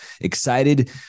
Excited